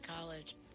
College